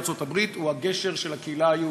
לארצות-הברית הוא הגשר של הקהילה היהודית.